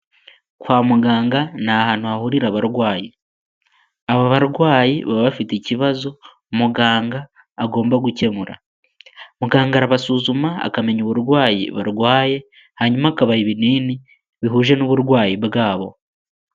Kwa muganga ni ahantu hahurira abarwayi, abo barwayi baba bafite ikibazo muganga agomba gukemura, muganga arabasuzuma akamenya uburwayi barwaye, hanyuma akabaha ibinini bihuje n'uburwayi bwabo.